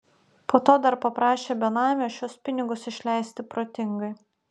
po to dar paprašė benamio šiuos pinigus išleisti protingai